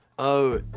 oh!